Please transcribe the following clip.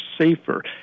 safer